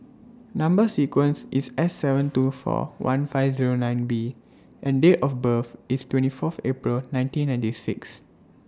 Number sequence IS S seven two four one five Zero nine B and Date of birth IS twenty Fourth April nineteen ninety six